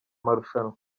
marushanwa